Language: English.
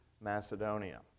Macedonia